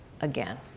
again